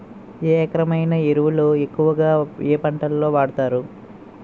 ఏ రకమైన ఎరువులు ఎక్కువుగా ఏ పంటలకు వాడతారు?